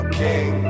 king